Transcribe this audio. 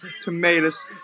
tomatoes